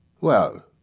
Well